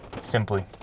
simply